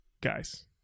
guys